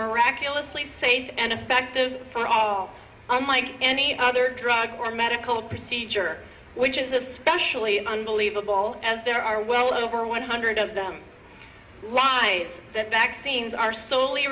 miraculously safe and effective for all unlike any other drug or medical procedure which is especially unbelievable as there are well over one hundred of them why the vaccines are sole